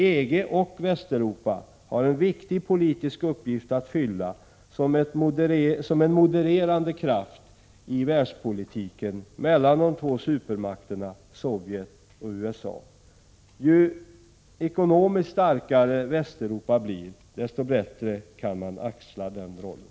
EG, och Västeuropa, har en viktig politisk uppgift att fylla som en modererande kraft i världspolitiken mellan de två supermakterna Sovjet och USA. Ju starkare Västeuropa blir ekonomiskt, desto bättre kan man axla den rollen.